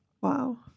Wow